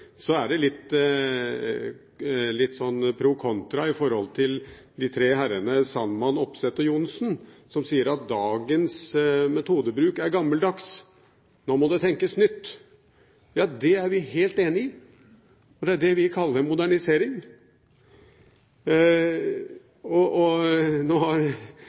Så blir det sagt: Er dette å være moderne, da? Når vi sier at vi gjerne vil modernisere og bruke nye verktøy, er det litt sånn pro og kontra i forhold til de tre herrene Sandman, Opseth og Johnsen, som sier at dagens metodebruk er gammeldags, nå må det tenkes nytt. Ja, det er vi helt enig i. Det er